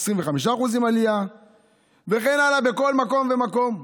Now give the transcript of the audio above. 25% עלייה וכן הלאה בכל מקום ומקום.